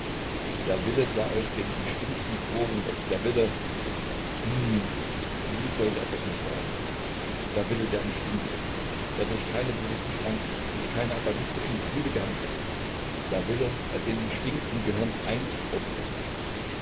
der wille der aus den instinkten geboren wird der wille hm wie sollte er das nur sagen der wille der instinkte der durch keine bewußten schranken durch keine atavistischen gefühle gehemmt wird der wille bei dem instinkt und gehirn eins geworden ist